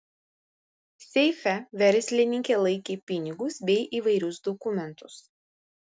seife verslininkė laikė pinigus bei įvairius dokumentus